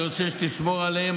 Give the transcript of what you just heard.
אני רוצה שתשמור עליהם,